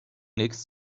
next